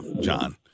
John